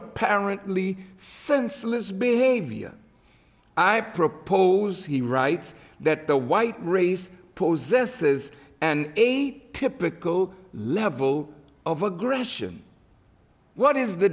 apparently senseless behavior i propose he writes that the white race pose this is an eight typical level of aggression what is the